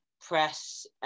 Press